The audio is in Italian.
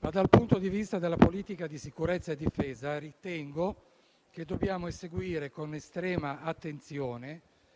ma dal punto di vista della politica di sicurezza e difesa ritengo dobbiamo seguire con estrema attenzione